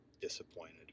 disappointed